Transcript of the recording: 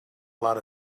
lot